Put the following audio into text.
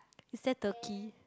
is that turkey